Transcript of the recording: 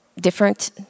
different